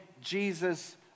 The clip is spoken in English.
Jesus